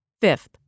Fifth